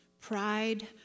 Pride